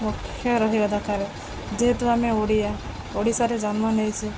ମୁଖ୍ୟ ରହିବା ଦରକାର ଯେହେତୁ ଆମେ ଓଡ଼ିଆ ଓଡ଼ିଶାରେ ଜନ୍ମ ନେଇଛେ